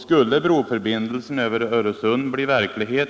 Skulle broförbindelsen över Öresund bli verklighet